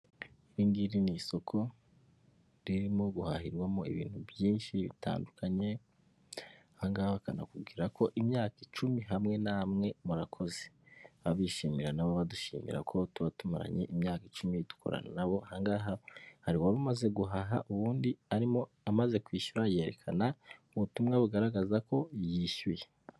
Iri ngiri ni isoko ririmo guhahirwamo ibintu byinshi bitandukanye, aha ngaha bakanakubwira ko imyaka icumi hamwe namwe murakoze. Baba bishimira nabo badushimira ko tuba tumaranye imyaka icumi dukorana nabo, aha ngaha hari uwari umaze guhaha ubundi arimo amaze kwishyura yerekana ubutumwa bugaragaza ko yishyuye.